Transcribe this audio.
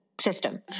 system